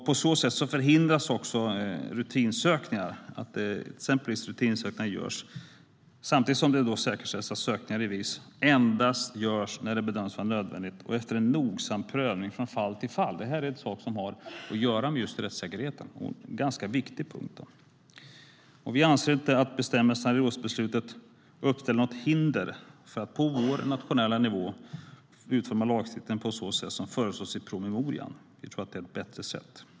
På så sätt förhindras att rutinsökningar görs samtidigt som det säkerställs att sökningar i VIS endast görs när det bedöms vara nödvändigt och efter nogsam prövning från fall till fall. Det har att göra med just rättssäkerheten och är därmed en viktig punkt. Vi anser inte att bestämmelserna i rådsbeslutet uppställer något hinder för att på vår nationella nivå utforma lagstiftningen på det sätt som föreslås i promemorian. Vi tror att det är ett bättre sätt.